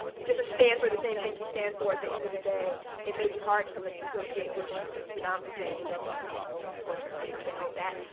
doesn't stand for the same things you stand for at the end of the day it may be hard to like negotiate with sadam hussein on you know torture or something like that.